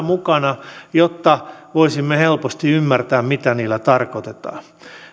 mukana jotta voisimme helposti ymmärtää mitä niillä tarkoitetaan